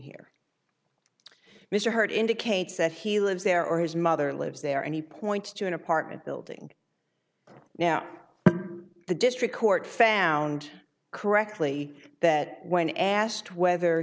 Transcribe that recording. here mr hurd indicates that he lives there or his mother lives there and he points to an apartment building now the district court found correctly that when asked whether